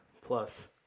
plus